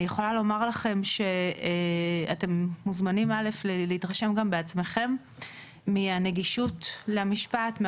אני יכולה לומר לכם שאתם מוזמנים להתרשם בעצמכם מהנגישות למשפט.